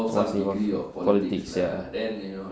must involve politics sia